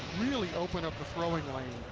really opened up the throwing lane.